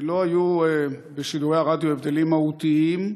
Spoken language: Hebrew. לא היו בשידורי הרדיו הבדלים מהותיים,